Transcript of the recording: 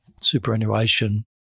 superannuation